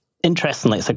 Interestingly